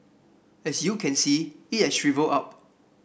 as you can see it has shrivelled up